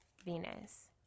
Venus